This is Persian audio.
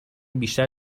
بیشتر